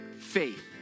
faith